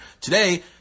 Today